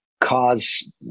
cause